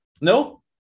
No